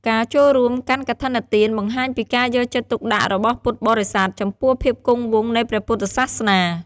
ការចូលរួមកាន់កឋិនទានបង្ហាញពីការយកចិត្តទុកដាក់របស់ពុទ្ធបរិស័ទចំពោះភាពគង់វង្សនៃព្រះពុទ្ធសាសនា។